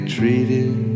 treated